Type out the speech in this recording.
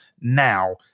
now